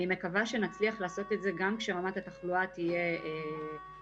אני מקווה שנצליח לעשות את זה גם כשרמת התחלואה תהיה גבוהה,